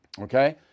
okay